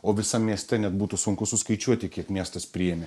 o visam mieste net būtų sunku suskaičiuoti kiek miestas priėmė